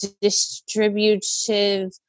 distributive